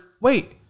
wait